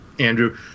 Andrew